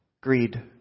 greed